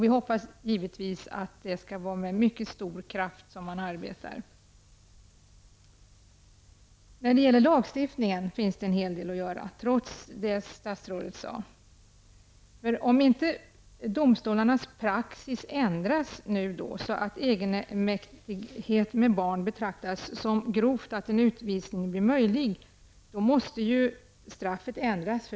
Vi hoppas givetvis att man skall arbeta med dessa frågor med mycket stor kraft. På lagstiftningens område finns det en hel del att göra, trots vad statsrådet säger i sitt svar. Om inte domstolarnas praxis ändras, så att egenmäktighet med barn betraktas som ett grovt brott och därmed en utvisning blir möjlig, måste straffet ändras.